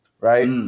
right